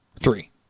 Three